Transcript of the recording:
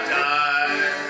die